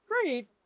great